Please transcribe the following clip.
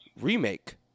remake